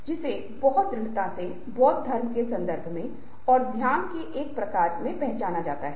आपके द्वारा किये जाने वले हाव भाव विभिन्न प्रकार के हो सकते हैं